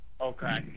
okay